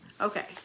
Okay